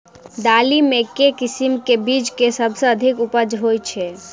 दालि मे केँ किसिम केँ बीज केँ सबसँ अधिक उपज होए छै?